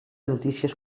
notícies